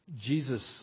Jesus